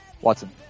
Watson